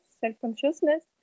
self-consciousness